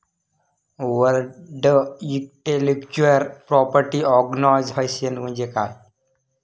World intellectual property organisation म्हणजे काय?